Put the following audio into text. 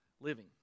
living